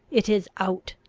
it is out!